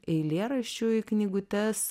eilėraščių į knygutes